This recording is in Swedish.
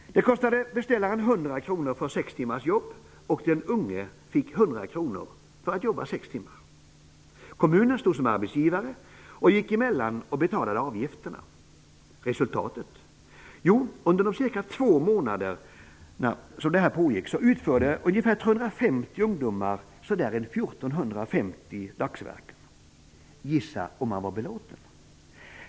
Det kostade beställaren 100 kr för sex timmars jobb, och den unge fick 100 kr för att arbeta sex timmar. Kommunen stod som arbetsgivare och gick emellan och betalade avgifterna. Resultatet? Under de cirka två månaderna utförde ca 350 ungdomar ungefär 1 450 dagsverken. Gissa om man var belåten!